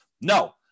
no